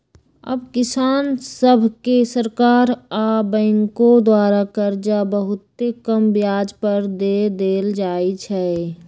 अब किसान सभके सरकार आऽ बैंकों द्वारा करजा बहुते कम ब्याज पर दे देल जाइ छइ